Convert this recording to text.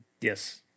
yes